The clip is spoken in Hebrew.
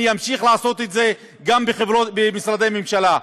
אני אמשיך לעשות את זה גם במשרדי ממשלה.